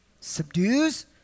subdues